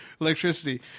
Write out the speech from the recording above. electricity